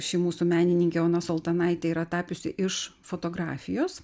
ši mūsų menininkė ona saltonaitė yra tapiusi iš fotografijos